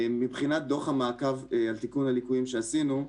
מבחינת דוח המעקב על תיקון הליקויים שעשינו,